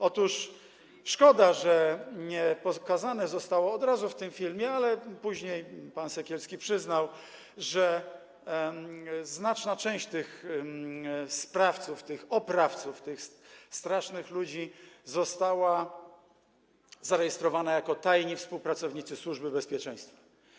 Otóż szkoda, że nie pokazane zostało od razu w tym filmie to, ale później pan Sekielski przyznał, że znaczna część tych sprawców, tych oprawców, tych strasznych ludzi została zarejestrowana jako tajni współpracownicy Służby Bezpieczeństwa.